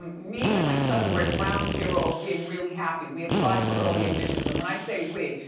um me and my son were at ground zero of being really happy. we applied for early admissions and when i say we,